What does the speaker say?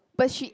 but she